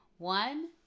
One